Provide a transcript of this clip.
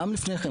גם לפני כן,